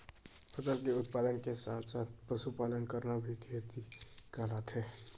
फसल के उत्पादन के साथ साथ पशुपालन करना का खेती कहलाथे?